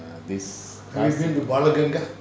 this